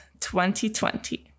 2020